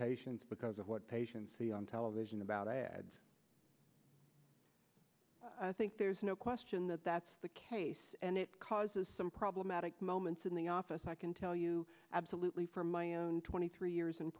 patients because of what patients see on television about ads i think there's no question that that's the case and it causes some problematic moments in the office i can tell you absolutely from my own twenty three years